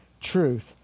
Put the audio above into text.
truth